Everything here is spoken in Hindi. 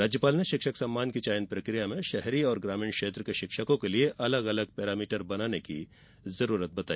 राज्यपाल ने शिक्षक सम्मान की चयन प्रक्रिया में शहरी और ग्रामीण क्षेत्र के शिक्षकों के लिए अलग अलग पैरामीटर बनाने की जरूरत बताई